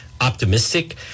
optimistic